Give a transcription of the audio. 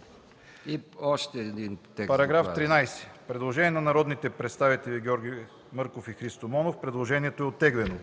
става § 13. По § 13 има предложение на народните представители Георги Мърков и Христо Монов. Предложението е оттеглено.